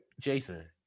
Jason